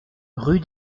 rue